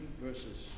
verses